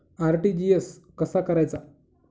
RTGS कसा करायचा?